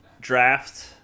draft